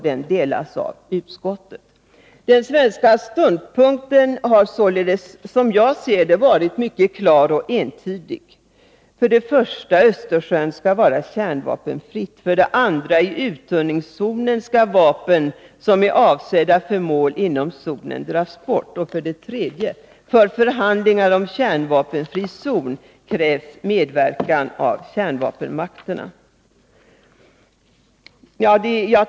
Den delas av utskottet.” Den svenska ståndpunkten har således, som jag ser det, varit mycket klar och entydig. För det första skall Östersjön vara kärnvapenfri. För det andra skall i uttunningszonen vapen som är avsedda för mål inom zonen dras bort. För det tredje krävs det för förhandlingar om kärnvapenfri zon medverkan av kärnvapenmakterna.